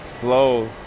flows